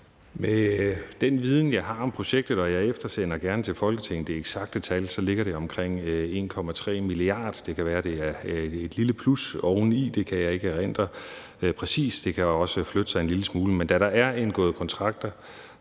Med den viden, jeg har om projektet – og jeg eftersender gerne det eksakte tal til Folketinget – så ligger det på omkring 1,3 mia. kr. Det kan være, at der er et lille plus oveni; det kan jeg ikke erindre præcist. Det kan også flytte sig en lille smule, men da der er indgået kontrakter